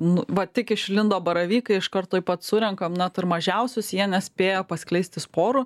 nu va tik išlindo baravykai iškart tuoj pat surenkam net ir mažiausius jie nespėja paskleisti sporų